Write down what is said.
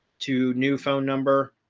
to new phone number.